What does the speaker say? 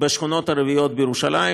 בשכונות הערביות בירושלים.